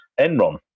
enron